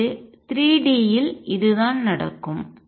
அதாவது 3 D இல் இதுதான் நடக்கும்